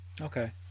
okay